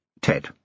Ted